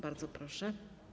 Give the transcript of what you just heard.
Bardzo proszę.